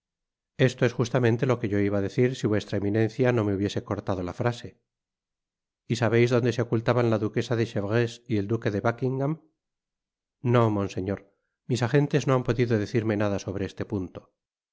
esto es justamente lo que yo iba á decir si vuestra eminencia no me hubiese cortado la frase y sabeis donde se ocultaban la duquesa de chevreuse y el duque de buckingam no monseñor mis agentes no han podido decirme nada sobre este punto